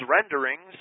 renderings